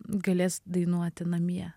galės dainuoti namie